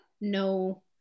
No